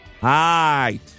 Hi